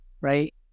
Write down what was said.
right